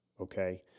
okay